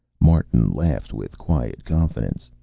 martin laughed with quiet confidence.